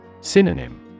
Synonym